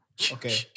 Okay